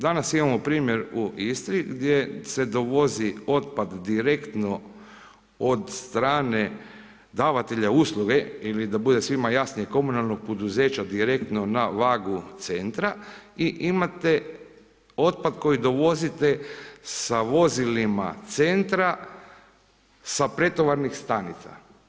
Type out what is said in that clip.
Danas imamo primjer u Istri gdje se dovozi otpad direktno od strane davatelja usluge ili da bude svima jasnije, komunalnog poduzeća direktno na vagu centra i imate otpad koji dovozite sa vozilima centra sa pretovarnih stanica.